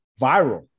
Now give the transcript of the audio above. viral